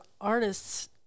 artists